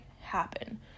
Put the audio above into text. happen